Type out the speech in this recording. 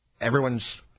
everyone's